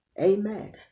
Amen